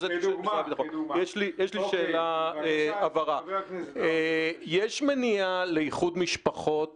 יש לי שאלת הבהרה יש מניעה לאיחוד משפחות